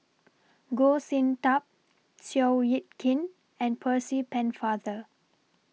Goh Sin Tub Seow Yit Kin and Percy Pennefather